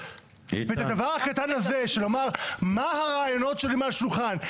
את הדבר הקטן הזה של לומר מה הרעיונות שלי מהשולחן,